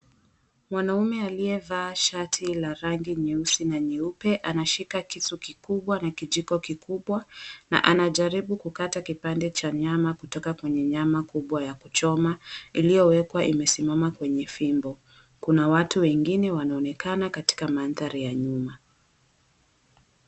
Mwanamume aliyevaa shati la rangi nyeusi na nyeupe anashika kisu kikubwa na kijiko kikubwa na anajaribu kukata kipande cha nyama kutoka kwenye nyama kubwa ya kuchoma iliyowekwa imesimama kwenye fimbo. Kuna watu wengine wanaonekana katika maandhari ya nyuma.